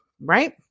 right